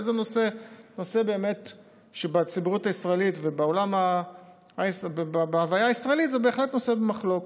זה נושא שבציבוריות הישראלית ובהוויה הישראלית זה בהחלט נושא במחלוקת.